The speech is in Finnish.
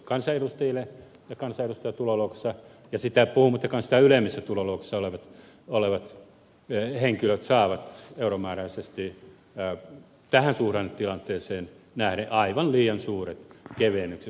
kansanedustajat ja kansanedustajien tuloluokassa ja puhumattakaan sitä ylemmissä tuloluokissa olevat henkilöt saavat euromääräisesti tähän suhdannetilanteeseen nähden aivan liian suuret kevennykset